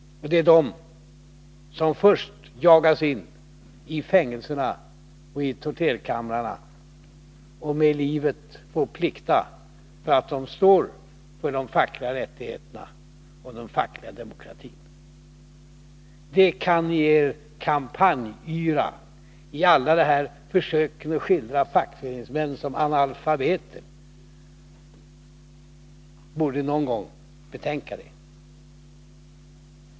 Det är de som först jagas in i fängelserna och tortyrkamrarna och med livet får plikta för att de står för de fackliga rättigheterna och den fackliga demokratin. I all er kampanjyra och försöken att skildra fackföreningsmän som analfabeter borde ni någon gång betänka detta.